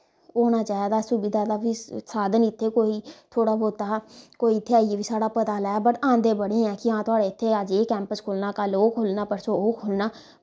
होना चाहिदा सुविधा दा बी साधन इत्थै कोई थोह्ड़ा बौह्ता कोई इत्थै आईये बी साढ़ा पता लै बट आंदे बड़े ऐं की हां तुआढ़े इत्थैं अज्ज एह् कैंप्स खुल्लना कल्ल ओह् खुल्लना परसों ओह् खुल्लना